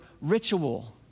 ritual